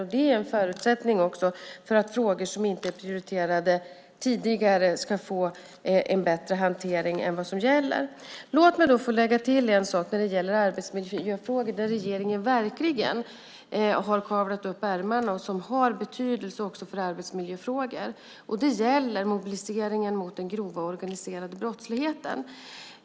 Det är också en förutsättning för att frågor som inte är prioriterade tidigare ska få en bättre hantering än vad som gäller. Låt mig få lägga till en sak där regeringen verkligen har kavlat upp ärmarna. Det har betydelse också för arbetsmiljöfrågor. Det gäller mobiliseringen mot den grova organiserade brottsligheten.